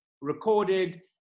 recorded